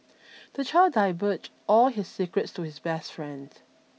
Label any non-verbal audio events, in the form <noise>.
<noise> the child diverge all his secrets to his best friends